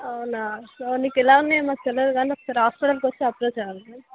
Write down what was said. అవునా సో నీకు ఎలా ఉంది ఏమో తెలియదు కానీ ఒకసారి హాస్పిటల్కు వచ్చి అప్రోచ్ అవ్వాలి మేడమ్